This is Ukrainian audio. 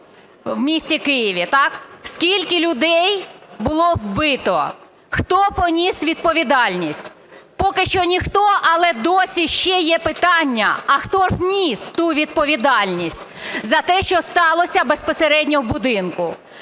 Скільки людей було вбито. Хто поніс відповідальність? Поки що ніхто, але досій ще є питання, а хто ж ніс ту відповідальність за те, що сталося безпосередньо в буднику.